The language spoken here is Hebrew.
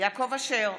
יעקב אשר,